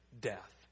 death